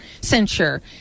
censure